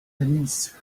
denise